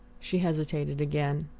she hesitated again.